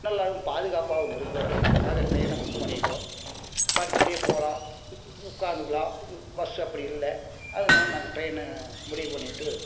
நல்லாவும் பாதுகாப்பாகவும் இருக்கும் அப்டிங்குறதுக்காக ட்ரெயினை புக் பண்ணிட்டோம் படுத்துட்டே போகலாம் உட்காந்துக்கலாம் பஸ் அப்படி இல்லை அதனால் நாங்கள் ட்ரெயினை முடிவு பண்ணிட்டு